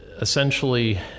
Essentially